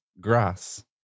grass